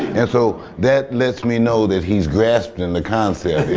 and so, that let's me know that he's grasping the concept.